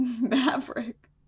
Maverick